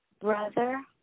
brother